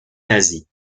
nazis